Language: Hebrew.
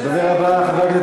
תודה לחבר הכנסת כבל.